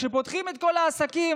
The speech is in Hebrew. כשפותחים את כל העסקים,